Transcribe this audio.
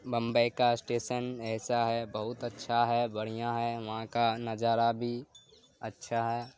بمبئی کا اسٹیسن ایسا ہے بہت اچھا ہے بڑھیا ہے وہاں کا نظارہ بھی اچھا ہے